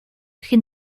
kin